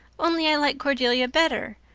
only i like cordelia better.